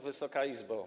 Wysoka Izbo!